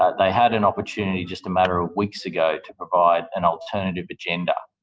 ah they had an opportunity just a matter of weeks ago to provide an alternative agenda,